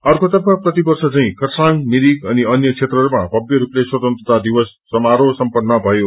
अर्कोतर्फ प्रांतिवर्ष झै खरसाङ मिरिक अनि अन्य क्षेत्रहरूमा भव्य रूपले स्वतन्त्रता दिवस समारोह सम्पन्न भयो